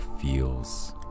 feels